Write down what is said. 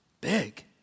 big